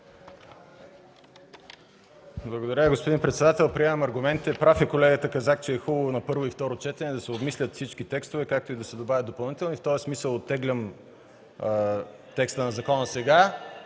Благодаря, господин председател. Приемам аргументите. Прав е колегата Казак, че е хубаво на първо и второ четене да се обмислят всички текстове, както и да се добавят допълнителни и в този смисъл оттеглям предложението си